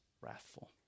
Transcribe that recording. wrathful